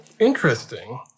Interesting